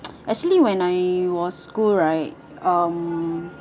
actually when I was school right um